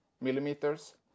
millimeters